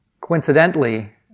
Coincidentally